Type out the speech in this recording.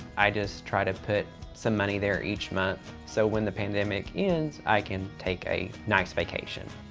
i just try to put some money there each month. so when the pandemic ends, i can take a nice vacation.